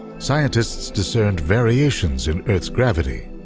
scientists discerned variations in earth's gravity.